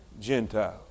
Gentile